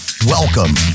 Welcome